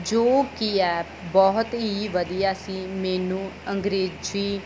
ਜੋ ਕਿ ਐਪ ਬਹੁਤ ਹੀ ਵਧੀਆ ਸੀ ਮੈਨੂੰ ਅੰਗਰੇਜ਼ੀ